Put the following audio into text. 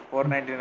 $499